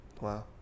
Wow